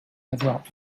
avoir